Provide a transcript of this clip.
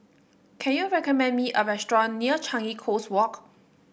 can you recommend me a restaurant near Changi Coast Walk